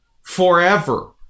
forever